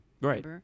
Right